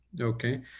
Okay